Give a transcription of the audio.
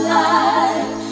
life